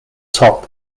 top